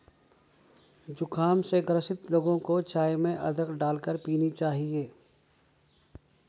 जुखाम से ग्रसित लोगों को चाय में अदरक डालकर पीना चाहिए